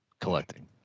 collecting